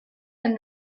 and